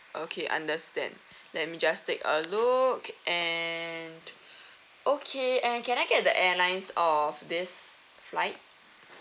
okay understand let me just take a look and okay and can I get the airlines of this flight